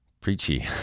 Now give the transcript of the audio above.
preachy